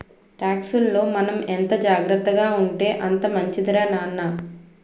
టాక్సుల్లో మనం ఎంత జాగ్రత్తగా ఉంటే అంత మంచిదిరా నాన్న